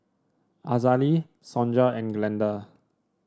Azalee Sonja and Glenda